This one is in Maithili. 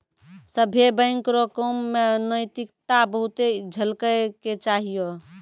सभ्भे बैंक रो काम मे नैतिकता बहुते झलकै के चाहियो